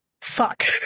fuck